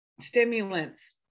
stimulants